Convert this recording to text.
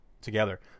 together